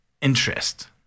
interest